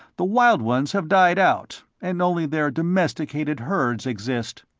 the wild ones have died out, and only their domesticated herds exist.